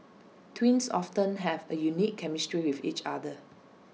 twins often have A unique chemistry with each other